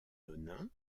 nonains